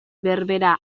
berbera